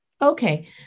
Okay